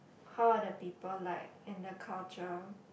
how are the people like and the culture